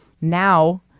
now